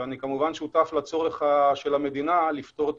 אני כמובן שותף לצורך של המדינה לפתור את